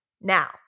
Now